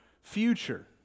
future